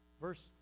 Verse